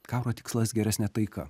karo tikslas geresnė taika